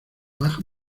baja